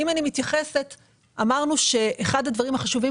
אמרנו שאחד הדברים החשובים